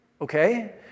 okay